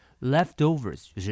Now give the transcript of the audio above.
Leftovers